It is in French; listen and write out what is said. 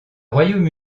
royaume